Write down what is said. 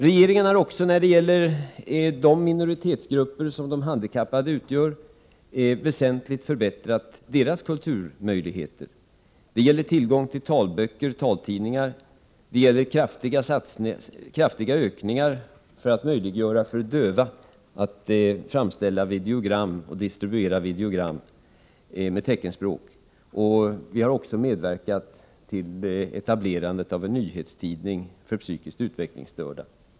Regeringen har också när det gäller de minoritetsgrupper som de handikappade utgör väsentligt förbättrat deras möjligheter i kulturhänseende. Det gäller tillgång till talböcker och taltidningar. Det gäller kraftiga ökningar av anslaget för att möjliggöra för döva att framställa och distribuera videogram med teckenspråk. Vi har också medverkat till etablerandet av en nyhetstidning för psykiskt utvecklingsstörda.